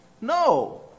No